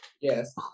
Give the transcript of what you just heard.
yes